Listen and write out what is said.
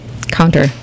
counter